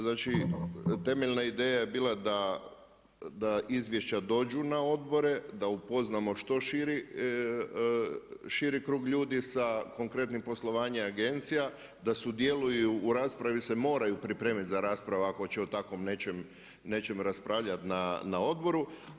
Znači temeljna ideja je bila da izvješća dođu na odbore, da upoznamo što širi krug ljudi sa konkretnim poslovanjem agencijama, da sudjeluju, u raspravi se moraju pripremiti za rasprave ako će o takvom nečem raspravljati na odboru.